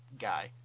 guy